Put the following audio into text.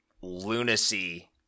lunacy